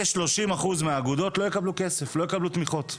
כ-30% מהאגודות לא יקבלו כסף, לא יקבלו תמיכות.